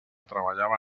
treballava